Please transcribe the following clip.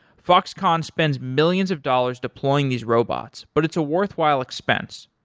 foxconn spends millions of dollars deploying these robots, but it's a worthwhile expense.